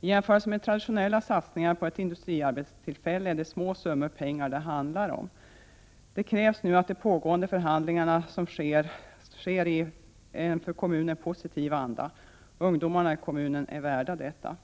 I jämförelse med traditionella satsningar på ett industriarbetstillfälle är det små summor pengar det handlar om. Det krävs nu att de pågående förhandlingarna skall ske i en för kommunen positiv anda. Ungdomarna i kommunen är värda detta.